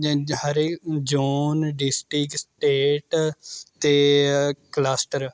ਹਰੇ zone district state ਅਤੇ cluster